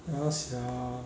ya sia